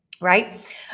right